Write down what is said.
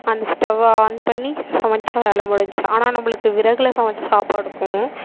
அந்த ஸ்டவ்வை ஆன் பண்ணி சமைச்சா வேலை முடிஞ்சுச்சி ஆனால் நம்மளுக்கு விறகில் சமைத்த சாப்பாடுக்கும்